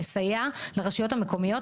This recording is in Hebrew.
לסייע לרשויות המקומיות,